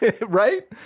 right